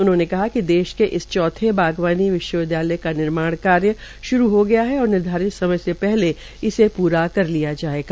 उन्होंने कहा कि देश के इस चौथे बागवानी विश्वविदयालय का निर्माण कार्य श्रू हो गया है और निर्धारित समय से पहले इसे प्रा कर लिया जायेगा